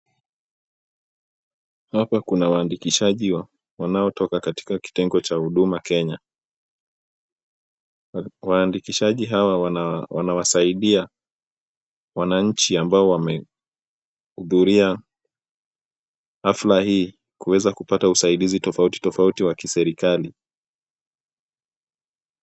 Hapa kuna waandikishaji wanaotoka katika kitengo cha huduma kenya. Waandikishaji hawa wanawasaidia wananchi ambao wamehudhuria hafla hii, kuweza kupata usaidizi tofauti tofauti wa kiserikali.